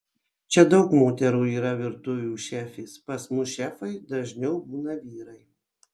čia daug moterų yra virtuvių šefės pas mus šefai dažniau būna vyrai